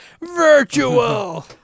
Virtual